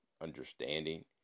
understanding